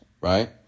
right